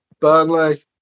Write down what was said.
Burnley